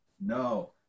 no